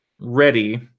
ready